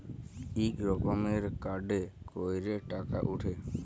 ইক রকমের কাড়ে ক্যইরে টাকা উঠে